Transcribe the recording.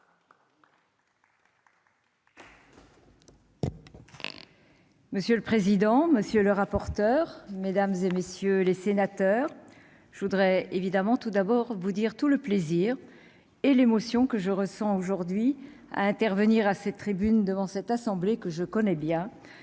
Monsieur le président, monsieur le rapporteur, mesdames et messieurs les sénateurs, je voudrais évidemment tout d'abord vous dire tout le plaisir et l'émotion que je ressens aujourd'hui à intervenir à cette tribune devant cette assemblée que je connais bien,